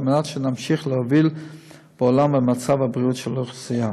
על מנת שנמשיך להוביל בעולם במצב הבריאות של האוכלוסייה.